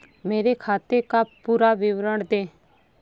मेरे खाते का पुरा विवरण दे?